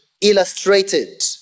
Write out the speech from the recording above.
illustrated